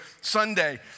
Sunday